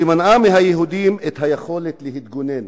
ומנעה מהיהודים את היכולת להתגונן